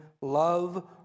love